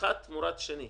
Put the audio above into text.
לאחד תמורת השני,